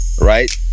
right